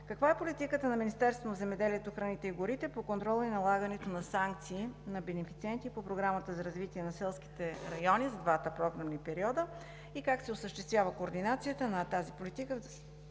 Каква е политиката на Министерството на земеделието, храните и горите по контрола и налагането на санкции на бенефициенти по Програмата за развитие на селските райони за двата програмни периода? Как се осъществява координацията на тази политика